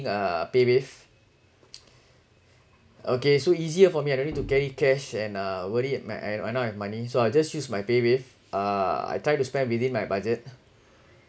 uh paywave okay so easier for me I don't need to get cash and uh worry at my I know I have money so I'll just use my paywave uh I try to spend within my budget